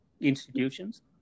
institutions